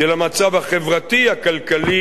הכלכלי והמשפטי.